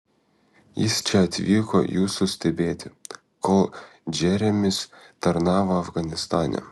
jis čia atvyko jūsų stebėti kol džeremis tarnavo afganistane